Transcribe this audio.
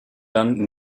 dann